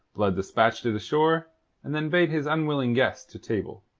blood despatched it ashore and then bade his unwilling guest to table.